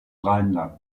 rheinland